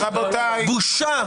בושה.